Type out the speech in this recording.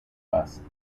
bus